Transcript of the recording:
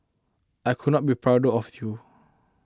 I could not be prouder of you